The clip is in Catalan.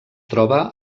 troba